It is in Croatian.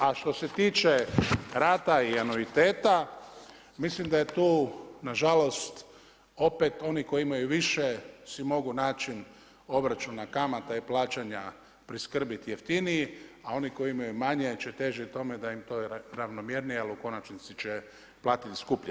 A što se tiče rata i anuiteta, mislim da je tu nažalost, opet oni koji imaju više si mogu način obračuna kamata i plaćanja priskrbiti jeftiniji, a oni koji imaju manje, će težiti tome da im to ravnomjernije, ali u konačnici će platiti skuplje.